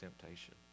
temptation